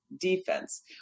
defense